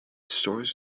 stores